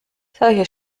solche